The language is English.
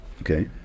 Okay